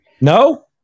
No